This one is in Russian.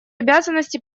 обязанности